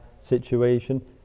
situation